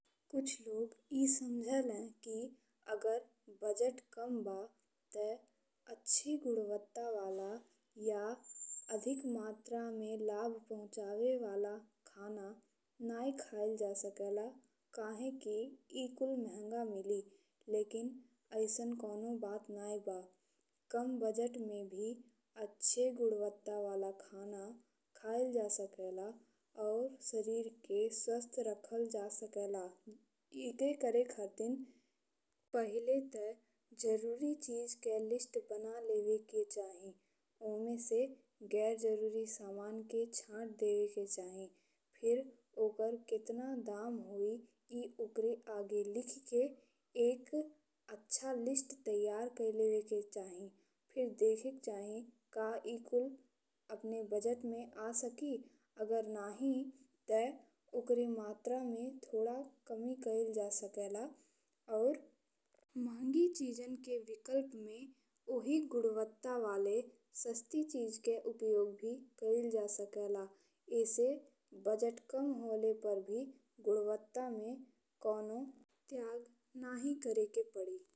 कुछ लोग ई समझेले कि अगर बजट कम बा ते अच्छी गुणवत्ता वाला या अधिक मात्रा में लाभ पहुँचावे वाला खाना नहीं खाइल जा सकेला। काहे कि ई कुल महंगा मिलेला लेकिन अइसन कोनो बात नहीं बा। कम बजट में भी अच्छे गुणवत्ता वाला खाना खाइल जा सकेला और शरीर के स्वस्थ रखल जा सकेला। एके करे खातिर पहिले ते जरूरी चीज के लिस्ट बना लेवे के चाही। ओमें से गैर जरूरी सामान के छांट देवे के चाही फिर ओकर कितना दाम होई ई ओकरा आगे लिखी के एक अच्छा लिस्ट तैयार कइ लेवे के चाही। फिर देखे के चाही कि का ई कुल अपने बजट में आ सकी। अगर नहीं ते ओकर मात्रा में थोड़ा कमी कइले जा सकेला और महंगी चीजन के विकल्प में ओहि गुणवत्ता वाले सस्ती चीज के उपयोग भी कइले जा सकेला एसे बजट कम होले पर भी गुणवत्ता में कोनो त्याग नहीं करेके पड़ी।